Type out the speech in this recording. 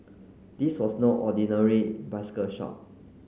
this was no ordinary bicycle shop